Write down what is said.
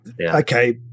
okay